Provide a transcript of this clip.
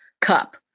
cup